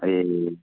ए